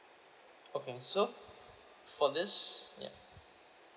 okay so for this ya